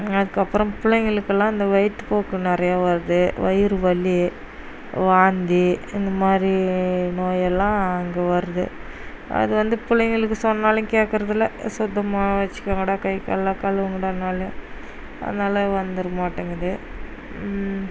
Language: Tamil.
அதுக்கப்புறம் பிள்ளைங்களுக்குலாம் இந்த வயிற்றுப்போக்கு நிறையா வருது வயிறு வலி வாந்தி இந்தமாதிரி நோயெல்லாம் இங்கே வருது அது வந்து பிள்ளைங்களுக்கு சொன்னாலும் கேட்கறது இல்லை சுத்தமாக வச்சுக்கோங்கடா கை காலெலாம் கழுவுங்கடானாலும் அதனால வந்துடும் மாட்டிங்குது